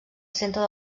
centre